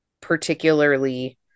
particularly